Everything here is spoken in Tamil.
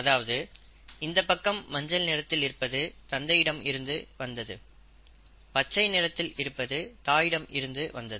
அதாவது இந்தப் பக்கம் மஞ்சள் நிறத்தில் இருப்பது தந்தையிடம் இருந்து வந்தது பச்சை நிறத்தில் இருப்பது தாயிடமிருந்து வந்தது